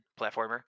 platformer